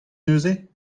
neuze